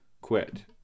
quit